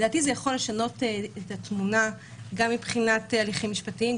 לדעתי זה יכול לשנות את התמונה גם מבחינת הליכים משפטיים,